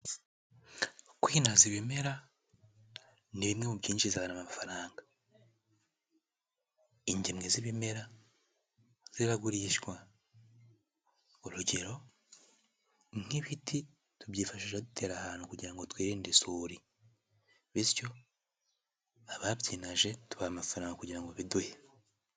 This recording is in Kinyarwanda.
kwinaza ibimera ni bimwe mu byinshijiza amafaranga. Ingemwe z'ibimera ziragurishwa. Urugero nk'ibiti tubyifashishije dutera ahantu kugira ngo twirinde isuri, bityo ababyinaje tubaha amafaranga kugirango babiduhe.